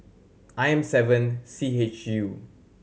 I M seven C H U